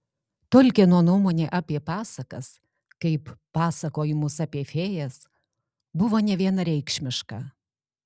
tolkieno nuomonė apie pasakas kaip pasakojimus apie fėjas buvo nevienareikšmiška